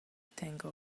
tengo